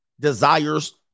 desires